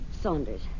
Saunders